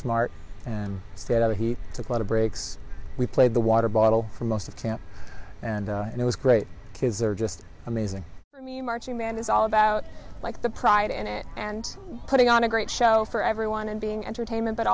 smart and said he took a lot of breaks we played the water bottle for most of camp and it was great kids are just amazing i mean marching band is all about like the pride in it and putting on a great show for everyone and being entertainment but